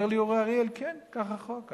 אומר לי אורי אריאל: כן, כך החוק.